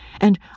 and